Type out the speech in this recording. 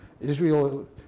Israel